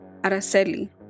Araceli